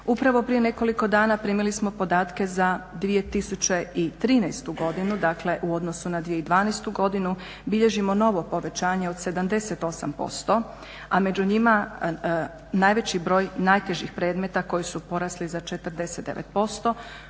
Upravo prije nekoliko dana primili smo podatke za 2013. godinu, dakle u odnosu na 2012. godinu bilježimo novo povećanje od 78%, a među njima najveći broj najtežih predmeta koji su porasli za 49%,